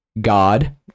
God